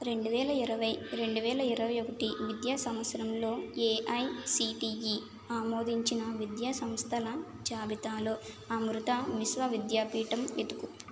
రెండు వేల ఇరవై రెండు వేల ఇరవై ఒకటి విద్యా సంవత్సరంలో ఏఐసిటిఈ ఆమోదించిన విద్యా సంస్థల జాబితాలో అమృతా విశ్వ విద్యాపీఠం వెతుకు